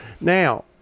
Now